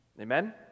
Amen